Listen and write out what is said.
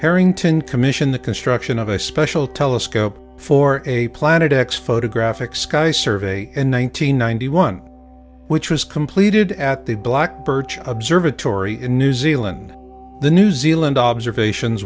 harrington commissioned the construction of a special telescope for a planet x photographic sky survey in on nine hundred ninety one which was completed at the black birch observatory in new zealand the new zealand observations